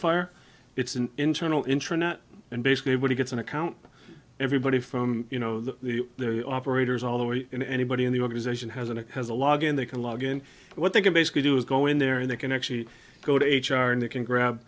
fire it's an internal internet and basically when he gets an account everybody from you know the operators all the way and anybody in the organization has a has a log in they can log in what they can basically do is go in there and they can actually go to h r and they can grab